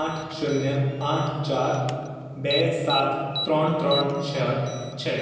આઠ શૂન્ય આઠ ચાર બે સાત ત્રણ ત્રણ છ છે